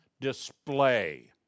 display